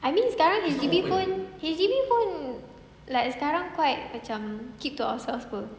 I mean sekarang H_D_B pun H_D_B pun like sekarang quite macam keep to ourselves [pe]